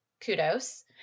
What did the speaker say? kudos